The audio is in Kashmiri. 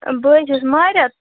بہٕ حظ چھَس ماریت